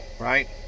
right